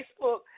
Facebook